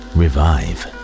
revive